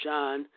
John